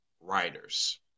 writers